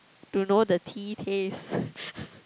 to know the tea taste